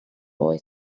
boy